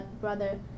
brother